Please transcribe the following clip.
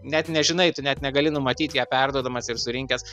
net nežinai tu net negali numatyt ją perduodamas ir surinkęs